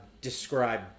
describe